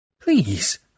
Please